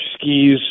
skis